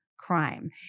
crime